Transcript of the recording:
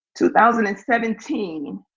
2017